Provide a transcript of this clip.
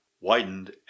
widened